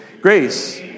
grace